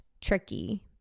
tricky